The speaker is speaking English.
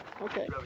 Okay